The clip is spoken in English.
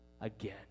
again